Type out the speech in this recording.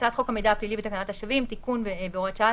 הצעת חוק המידע הפלילי ותקנת השבים (תיקון והוראת שעה),